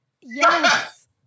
Yes